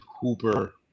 Hooper